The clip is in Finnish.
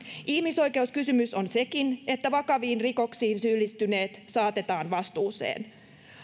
ihmisoikeuskysymys on sekin että vakaviin rikoksiin syyllistyneet saatetaan vastuuseen